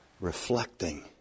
reflecting